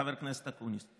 חבר הכנסת אקוניס.